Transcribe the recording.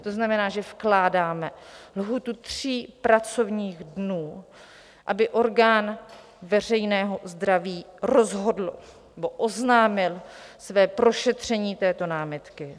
To znamená, že vkládáme lhůtu tří pracovních dnů, aby orgán veřejného zdraví rozhodl nebo oznámil své prošetření této námitky.